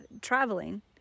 traveling